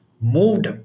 moved